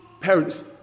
parents